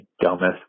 dumbest